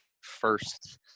first